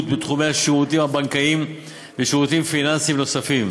בתחומי השירותים הבנקאיים ושירותים פיננסיים נפוצים.